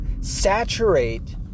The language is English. saturate